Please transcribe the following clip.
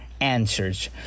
answers